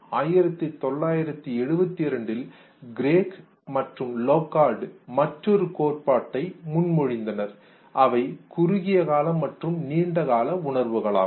1972 இல் கிரேக் மற்றும் லோகார்ட் மற்றொரு கோட்பாட்டை முன்மொழிந்தனர் அவை குறுகிய கால மற்றும் நீண்ட கால உணர்வுகளாகும்